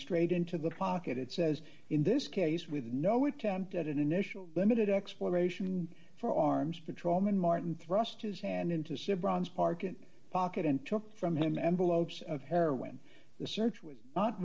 straight into the pocket it says in this case with no attempt at an initial limited exploration for arms patrolman martin thrust his hand into sybrand spark and pocket and took from him envelopes of heroin the search was not